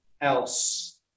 else